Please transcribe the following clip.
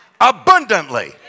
abundantly